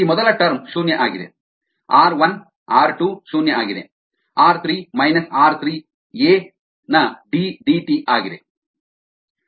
ಈ ಮೊದಲ ಟರ್ಮ್ ಶೂನ್ಯ ಆಗಿದೆ ಆರ್ 1 ಆರ್ 2 ಶೂನ್ಯ ಆಗಿದೆ ಆರ್ 3 ಮೈನಸ್ ಆರ್ 3 ಎ ಯ ಡಿ ಡಿಟಿ ಆಗಿದೆ